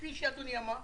כפי שאדוני אמר,